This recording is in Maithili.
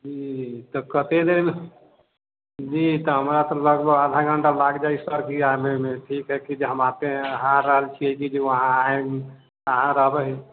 जी कत्तेदिन जी हमरा तऽ लगभग आधा घण्टा लागि जाइत सर जी आबयमे ठीक है फिर जे हम आतेहैं आ रहल छियै जी जी वहाँ आयब अहाँ रहबै